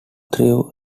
threw